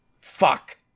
fuck